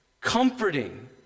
comforting